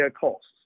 costs